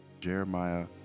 Jeremiah